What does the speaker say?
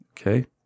Okay